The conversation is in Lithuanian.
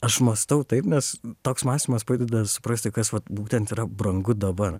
aš mąstau taip nes toks mąstymas padeda suprasti kas vat būtent yra brangu dabar